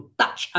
touch